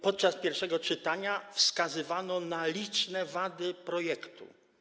Podczas pierwszego czytania wskazywano na liczne wady projektu.